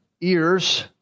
ears